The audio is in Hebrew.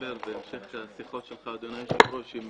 בדצמבר ובהמשך לשיחות שלך, היושב-ראש, עם